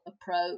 approach